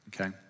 Okay